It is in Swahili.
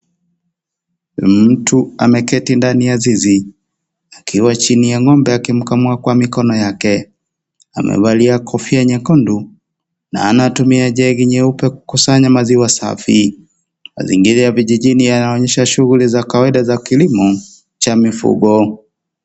Mtu ameketi ndani ya zizi akiwa chini ya ng'ombe akimkamua kwa mikono yake , amevalia kofia nyekundu na anatumia jegi nyeupe kukusanya maziwa safi . Mazingira ya vijijini yanaonyesha shughuli za kawaida za kilimo cha mifugo.